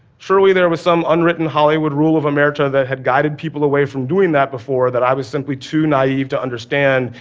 surely, there was some unwritten hollywood rule of omerta that had guided people away from doing that before that i was simply too naive to understand,